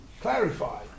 clarify